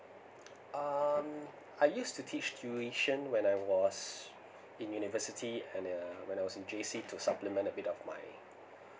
um I used to teach tuition when I was in university and uh when I was in J C to supplement a bit of my